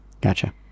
Gotcha